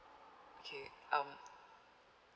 okay um